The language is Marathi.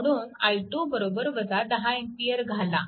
म्हणून i2 10 A घाला